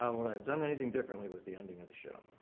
um would i have done anything differently with the ending of the show?